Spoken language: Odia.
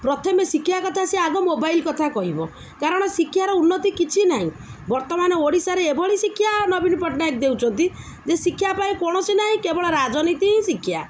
ପ୍ରଥମେ ଶିକ୍ଷା କଥା ସେ ଆଗ ମୋବାଇଲ୍ କଥା କହିବ କାରଣ ଶିକ୍ଷାର ଉନ୍ନତି କିଛି ନାହିଁ ବର୍ତ୍ତମାନ ଓଡ଼ିଶାରେ ଏଭଳି ଶିକ୍ଷା ନବୀନ ପଟ୍ଟନାୟକ ଦେଉଛନ୍ତି ଯେ ଶିକ୍ଷା ପାଇଁ କୌଣସି ନାହିଁ କେବଳ ରାଜନୀତି ହିଁ ଶିକ୍ଷା